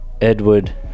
Edward